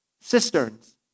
cisterns